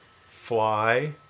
fly